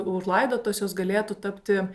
užlaidotos jos galėtų tapti